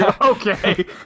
Okay